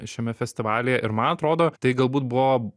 šiame festivalyje ir man atrodo tai galbūt buvo